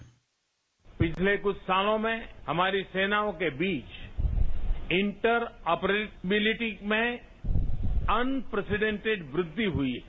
bite पिछले कुछ सालों में हमारी सेनाओं के बीच इंटर ओपरेबिलिटी में अनप्रेजिडेंटिड वृद्धि हुई है